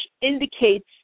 indicates